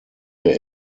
der